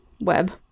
web